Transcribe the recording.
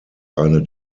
eine